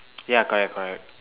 ya correct correct